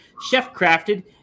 chef-crafted